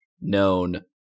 known